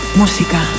música